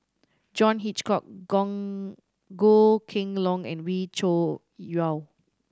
John Hitchcock Goh Kheng Long and Wee Cho Yaw